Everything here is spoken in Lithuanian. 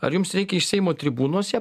ar jums reikia iš seimo tribūnos ją